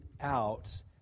out